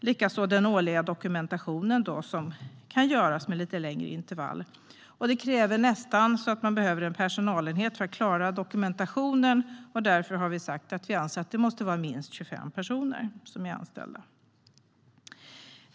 Likaså kan den årliga dokumentationen göras med längre intervall. Det krävs en personalenhet för att klara dokumentationen. Därför har vi sagt att det måste vara minst 25 anställda.